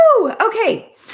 Okay